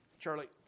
charlie